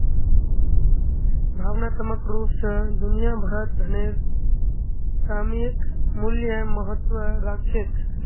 भावनात्मक रूप स दुनिया भरत धनेर सामयिक मूल्य महत्व राख छेक